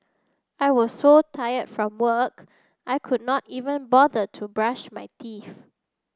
I was so tired from work I could not even bother to brush my teeth